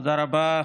תודה רבה,